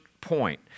point